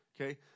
Okay